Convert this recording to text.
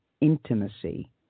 intimacy